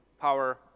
power